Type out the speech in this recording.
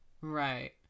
Right